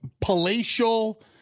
palatial